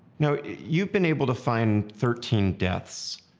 now you've been able to find thirteen deaths.